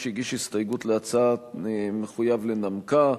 שהגיש הסתייגות להצעת חוק מחויב לנמקה.